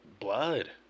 blood